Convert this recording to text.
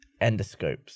endoscopes